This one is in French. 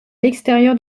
l’extérieur